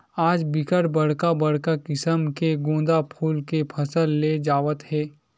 आज बिकट बड़का बड़का किसम के गोंदा फूल के फसल ले जावत हे